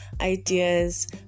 ideas